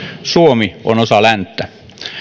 suomi on osa länttä